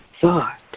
thought